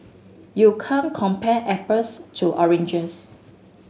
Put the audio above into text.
you can't compare apples to oranges